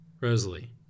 Rosalie